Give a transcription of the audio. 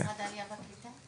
משרד העלייה והקליטה.